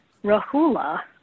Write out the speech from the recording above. Rahula